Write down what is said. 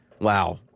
Wow